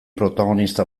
protagonista